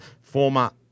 former